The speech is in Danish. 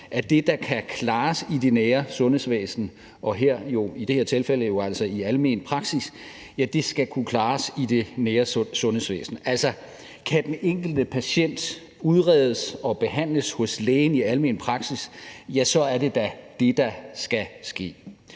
at det, der kan klares i det nære sundhedsvæsen – og i det her tilfælde jo altså i almen praksis – skal kunne klares i det nære sundhedsvæsen. Altså, kan den enkelte patient udredes og behandles hos lægen i almen praksis, er det da det, der skal ske.